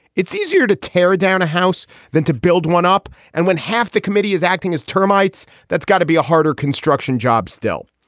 it's easier to tear down a house than to build one up. and when half the committee is acting as termites, that's got to be a harder construction job. still,